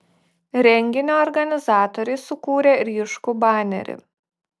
renginio organizatoriai sukūrė ryškų banerį